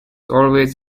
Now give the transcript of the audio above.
always